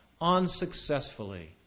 unsuccessfully